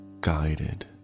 Guided